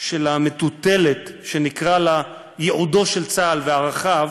של המטוטלת שנקרא לה "ייעודו של צה"ל וערכיו"